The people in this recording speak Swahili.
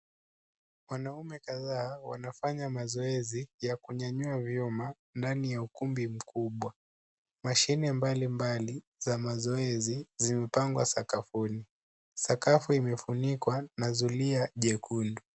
Wanaume kadhaa wanafanya mazoezi ya kunyanyua vyuma ndani ya ukumbi mkubwa. Mashine mbalimbali za mazoezi zimepangwa sakafuni. Sakafu imefunikwa na zulia jekundu.